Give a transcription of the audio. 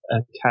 Okay